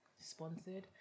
sponsored